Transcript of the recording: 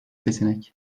seçenek